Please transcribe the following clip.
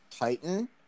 Titan